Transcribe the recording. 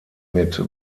mit